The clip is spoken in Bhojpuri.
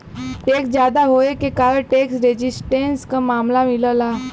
टैक्स जादा होये के कारण टैक्स रेजिस्टेंस क मामला मिलला